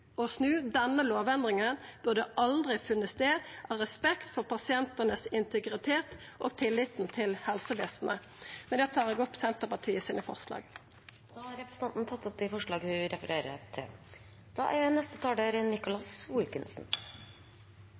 snu. Denne lovendringa burde aldri ha funne stad, av respekt for pasientanes integritet og tilliten til helsevesenet. Med det tar eg opp Senterpartiets forslag. Da har representanten Kjersti Toppe tatt opp de forslagene hun refererte til. Tilliten til helsevesenet er